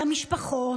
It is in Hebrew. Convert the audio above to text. על המשפחות.